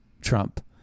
Trump